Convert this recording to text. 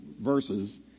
verses